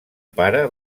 pare